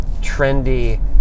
trendy